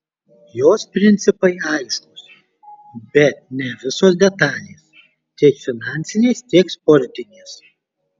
jos principai aiškūs bet ne visos detalės tiek finansinės tiek sportinės